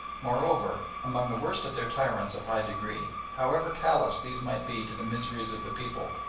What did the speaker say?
moreover, among the worst of their tyrants of high degree, however callous these might be to the miseries of the people,